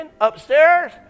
upstairs